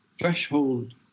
threshold